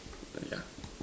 err yeah